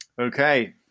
Okay